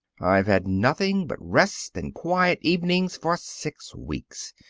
i've had nothing but rest and quiet evenings for six weeks.